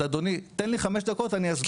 אז אדוני, תן לי חמש דקות, אני אסביר.